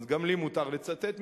אז גם לי מותר לצטט ממנו,